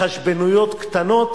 התחשבנויות קטנות.